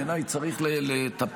בעיניי צריך לטפל,